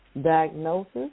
diagnosis